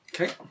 Okay